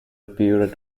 appear